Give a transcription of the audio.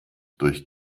durch